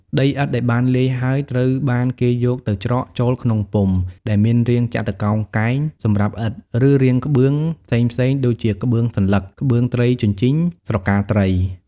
ដីឥដ្ឋដែលបានលាយហើយ ត្រូវបានគេយកទៅច្រកចូលក្នុងពុម្ពដែលមានរាងចតុកោណកែងសម្រាប់ឥដ្ឋ ឬរាងក្បឿងផ្សេងៗ ដូចជាក្បឿងសន្លឹក ក្បឿងត្រីជញ្ជីង "ស្រកាត្រី"។